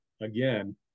again